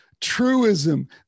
truism